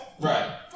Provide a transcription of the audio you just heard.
Right